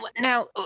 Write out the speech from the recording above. now